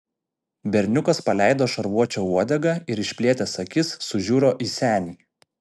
berniukas paleido šarvuočio uodegą ir išplėtęs akis sužiuro į senį